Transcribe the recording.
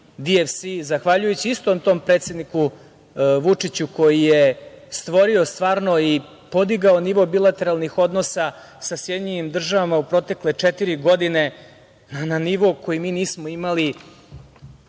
zahvaljujući istom tom predsedniku Vučiću, koji je stvorio stvarno i podigao nivo bilateralnih odnosa sa SAD u protekle četiri godine na nivo koji mi nismo imali